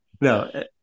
No